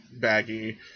baggy